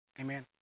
amen